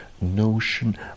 notion